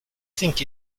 think